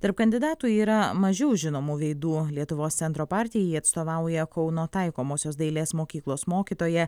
tarp kandidatų yra mažiau žinomų veidų lietuvos centro partijai atstovauja kauno taikomosios dailės mokyklos mokytoja